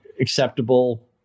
acceptable